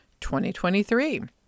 2023